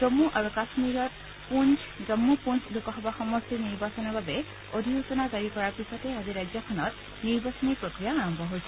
জম্মু আৰু কাম্মীৰত জমু পুঞ্চ লোকসভা সমষ্টিৰ নিৰ্বাচনৰ বাবে অধিসূচনা জাৰি কৰাৰ পিছতে আজি ৰাজ্যখনত নিৰ্বাচনী প্ৰক্ৰিয়া আৰম্ভ হৈছে